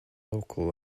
local